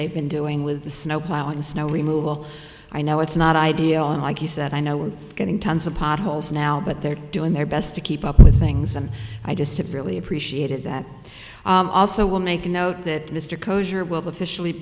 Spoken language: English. they've been doing with the snow plowing snow removal i know it's not ideal and like you said i know we're getting tons of potholes now but they're doing their best to keep up with things and i just have really appreciated that also will make a note that mr